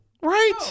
Right